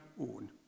own